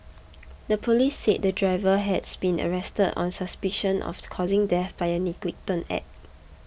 the police said the driver has been arrested on suspicion of the causing death by a negligent act